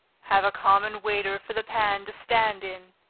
have a common waiter for the pan to stand in